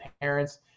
parents